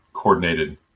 coordinated